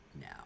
now